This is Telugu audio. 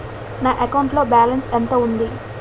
నా అకౌంట్ లో బాలన్స్ ఎంత ఉంది?